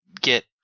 get